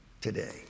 today